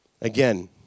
Again